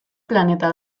planeta